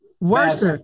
worse